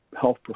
health